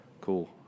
Cool